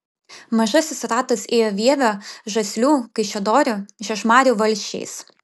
mažasis ratas ėjo vievio žaslių kaišiadorių žiežmarių valsčiais